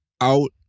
out